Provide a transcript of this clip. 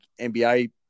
NBA